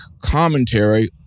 commentary